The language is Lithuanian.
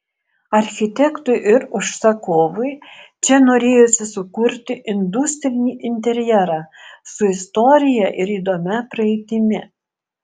architektui ir užsakovui čia norėjosi sukurti industrinį interjerą su istorija ir įdomia praeitimi